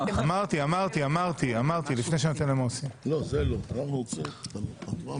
הקשבתי קשב רב לדברים שדיון ולטענות שמצדיקות את ההעלאה